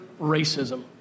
racism